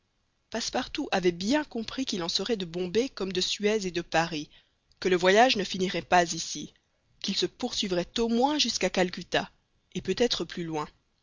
passepartout avait bien compris qu'il en serait de bombay comme de suez et de paris que le voyage ne finirait pas ici qu'il se poursuivrait au moins jusqu'à calcutta et peut-être plus loin